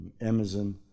Amazon